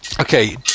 Okay